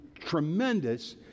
tremendous